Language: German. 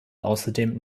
außerdem